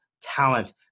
talent